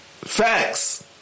Facts